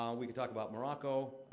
um we could talk about morocco. ah,